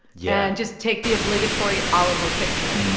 yeah. and just take the obligatory alamo picture.